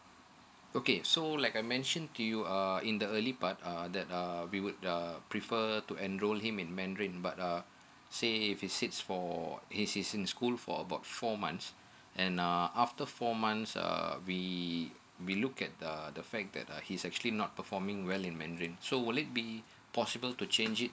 okay so like I mention to you err in the early part err that uh we would uh prefer to enroll him in mandarin but uh say if it's seats for his is in school for about four months and uh after four months err we we look at the uh the fact that uh he's actually not performing well in mandarin so would it be possible to change it